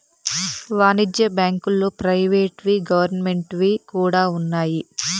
వాణిజ్య బ్యాంకుల్లో ప్రైవేట్ వి గవర్నమెంట్ వి కూడా ఉన్నాయి